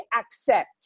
accept